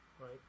right